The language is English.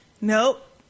Nope